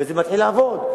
וזה מתחיל לעבוד.